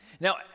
Now